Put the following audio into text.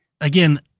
again